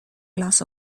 glass